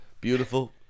beautiful